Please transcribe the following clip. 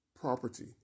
property